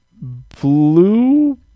blue